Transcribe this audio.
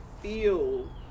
feel